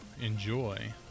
enjoy